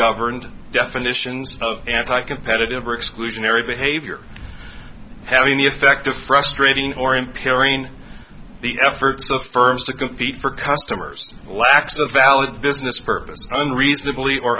governed definitions of anti competitive or exclusionary behavior having the effect of frustrating or impairing the efforts of firms to compete for customers lacks a valid business purpose under reasonably or